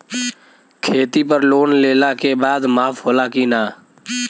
खेती पर लोन लेला के बाद माफ़ होला की ना?